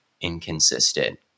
inconsistent